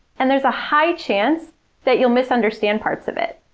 and there's a high chance that you'll misunderstand parts of it.